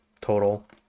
total